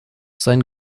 sein